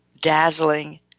dazzling